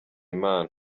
imana